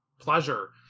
pleasure